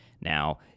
Now